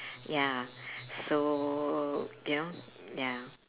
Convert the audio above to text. ya so you know ya